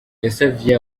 yasavye